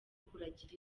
kuragira